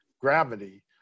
gravity